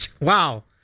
Wow